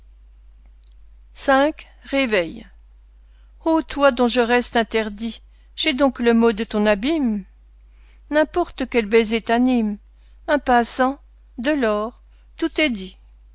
v réveil ô toi dont je reste interdit j'ai donc le mot de ton abîme n'importe quel baiser t'anime un passant de l'or tout est dit